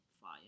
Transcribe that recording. fire